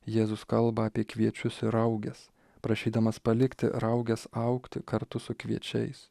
jėzus kalba apie kviečius ir rauges prašydamas palikti rauges augti kartu su kviečiais